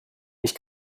ich